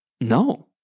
no